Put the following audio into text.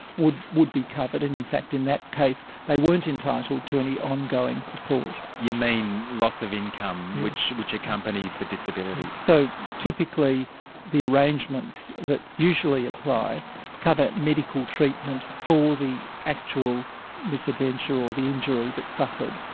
would would be covered, and in fact in that case they weren't entitled to any ongoing support. you mean loss of income which which accompanies the disability? so typically the arrangements that usually apply cover medical treatment for the actual misadventure or the injury that's suffered,